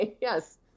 yes